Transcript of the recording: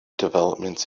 developments